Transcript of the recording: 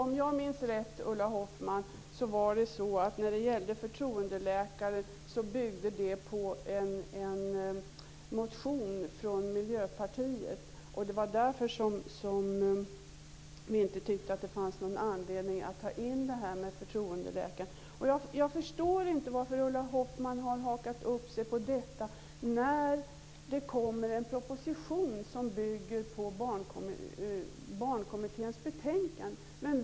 Fru talman! Om jag minns rätt när det gäller förtroendeläkarsystemet, Ulla Hoffmann, byggde det på en motion från Miljöpartiet. Det var därför vi inte tyckte att det fanns någon anledning att ta in det här med förtroendeläkarna. Jag förstår inte varför Ulla Hoffmann har hakat upp sig på detta när det kommer en proposition som bygger på Barnkommitténs betänkande.